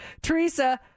Teresa